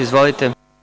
Izvolite.